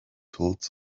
told